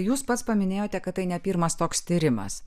jūs pats paminėjote kad tai ne pirmas toks tyrimas